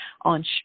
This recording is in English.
on